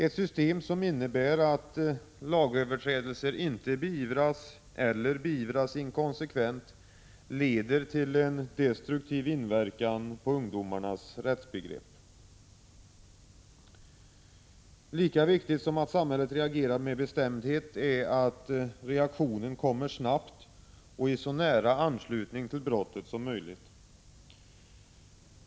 Ett system som innebär att lagöverträdelser inte beivras, eller beivras inkonsekvent, leder till en destruktiv inverkan på ungdomarnas rättsbegrepp. Lika viktigt som att samhället reagerar med bestämdhet är att reaktionen kommer snabbt och i så nära anslutning till brottet som möjligt.